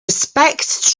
respect